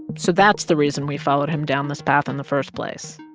so that's the reason we followed him down this path in the first place.